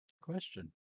question